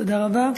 תודה רבה.